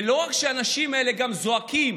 ולא רק שהאנשים האלה גם זועקים